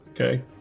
okay